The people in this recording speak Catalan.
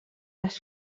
les